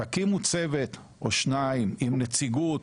תקימו צוות או שניים עם נציגות,